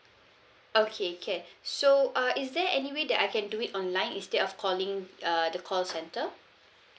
okay can so uh is there any way that I can do it online instead of calling uh the call centre